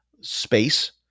space